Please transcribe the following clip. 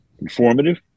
informative